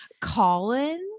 Colin